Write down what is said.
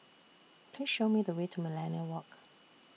Please Show Me The Way to Millenia Walk